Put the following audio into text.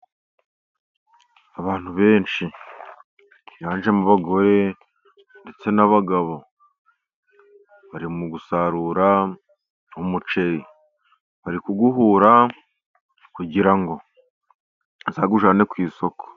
Abantu benshi biganjemo abagore ndetse n'abagabo, bari mu gusarura umuceri bari kuwuhura kugira ngo bazawujyane ku isoko.